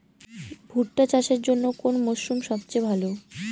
ভুট্টা চাষের জন্যে কোন মরশুম সবচেয়ে ভালো?